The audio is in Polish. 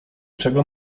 czego